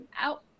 out